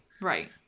right